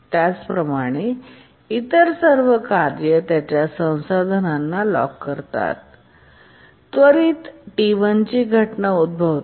त्याचप्रमाणे इतर सर्व कार्ये त्यांच्या संसाधनांना लॉक करतात आणि त्वरित T1ची घटना उद्भवते